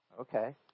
okay